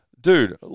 dude